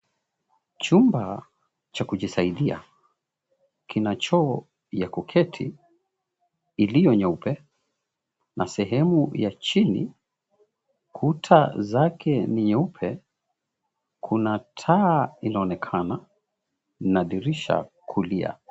Chumba cha kujisaidia kina choo ya kuketi iliyo nyeupe na sehemu ya chini kuta zake ni nyeupe kuna taa inaonekana na dirisha kulia.